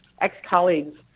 ex-colleagues